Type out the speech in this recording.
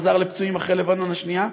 עזר לפצועים אחרי לבנון השנייה,